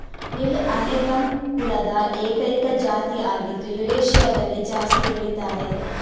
dill Anethum ಕುಲದ ಏಕೈಕ ಜಾತಿ ಆಗಿದ್ದು ಯುರೇಷಿಯಾದಲ್ಲಿ ಜಾಸ್ತಿ ಬೆಳೀತಾರೆ